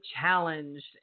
challenged